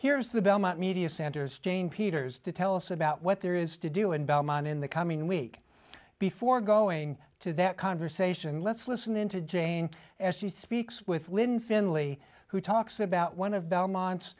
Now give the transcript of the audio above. here's the belmont media center is jane peters to tell us about what there is to do in belmont in the coming week before going to that conversation let's listen in to jane as she speaks with lynn finley who talks about one of belmont